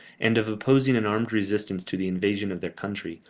and of opposing an armed resistance to the invasion of their country,